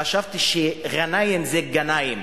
חשבתי ש"ע'נאים" זה "גנאים".